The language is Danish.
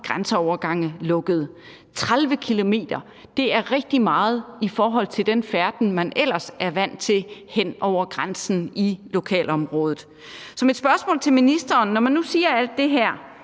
grænseovergange lukket: 30 km! Det er rigtig meget i forhold til den færden, man ellers er vant til hen over grænsen i lokalområdet. Når man nu siger alt det her